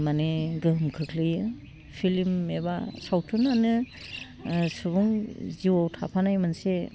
माने गोहोम खोख्लैयो फिल्म एबा सावथुनानो सुबुं जिवाव थाफानाय मोनसे